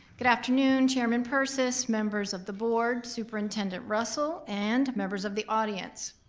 good afternoon, chairman purses, members of the board. superintendent russell and members of the audience.